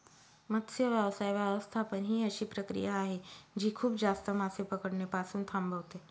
मत्स्य व्यवसाय व्यवस्थापन ही अशी प्रक्रिया आहे जी खूप जास्त मासे पकडणे पासून थांबवते